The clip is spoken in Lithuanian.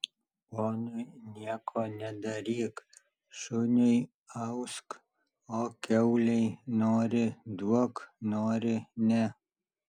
ponui nieko nedaryk šuniui ausk o kiaulei nori duok nori ne